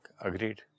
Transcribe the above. Agreed